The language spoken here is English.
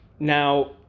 Now